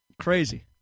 Crazy